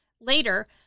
Later